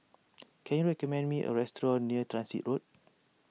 can you recommend me a restaurant near Transit Road